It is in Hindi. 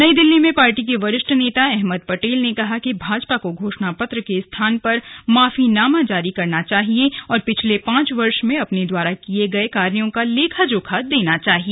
नई दिल्ली में पार्टी के वरिष्ठ नेता अहमद पटेल ने कहा कि भाजपा को घोषणापत्र के स्थान पर माफीनामा जारी करना चाहिए और पिछले पांच वर्ष में अपने द्वारा किए गए कार्यों का लेखाजोखा देना चाहिए